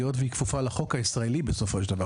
היות שהיא כפופה לחוק הישראלי בסופו של דבר